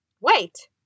Wait